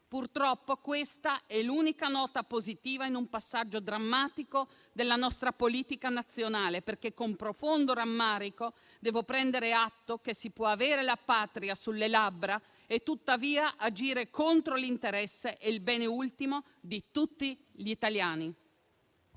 Purtroppo, questa è l'unica nota positiva in un passaggio drammatico della nostra politica nazionale, perché, con profondo rammarico, devo prendere atto che si può avere la Patria sulle labbra e tuttavia agire contro l'interesse e il bene ultimo di tutti gli italiani.